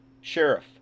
sheriff